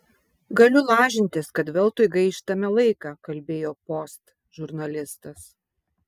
galiu lažintis kad veltui gaištame laiką kalbėjo post žurnalistas